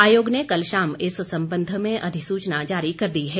आयोग ने कल शाम इस संबंध में अधिसूचना जारी कर दी है